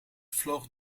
vloog